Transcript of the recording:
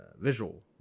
visual